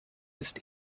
ist